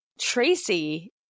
Tracy